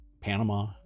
Panama